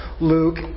Luke